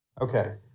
okay